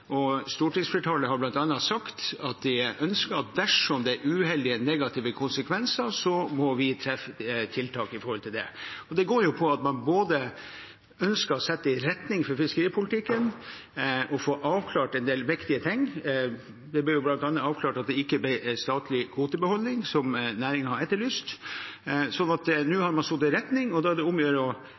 Stortingsflertallet har bl.a. sagt at de ønsker at dersom det er uheldige negative konsekvenser, må vi treffe tiltak i forhold til det. Det går på at man ønsker både å sette en retning for fiskeripolitikken og få avklart en del viktige ting. Det ble bl.a. avklart at det ikke blir statlig kvotebehandling, noe næringen etterlyste. Nå har man satt en retning, og da er det